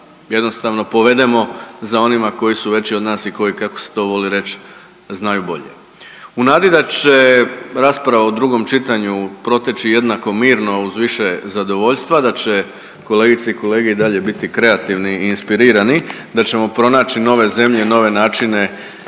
jednostavno povedemo za onima koji su veći od nas i koji, kako se to voli reći, znaju bolje. U nadi da će rasprava u drugom čitanju proteći jednako mirno uz više zadovoljstva, da će kolegice i kolege i dalje biti kreativni i inspirirani, da ćemo pronaći nove zemlje i nove načine